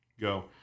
Go